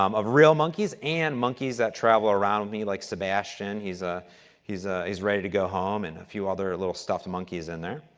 um of real monkeys and monkeys that travel around me, like sebastian, he's ah he's ah ready to go home and a few other little stuffed monkeys in there.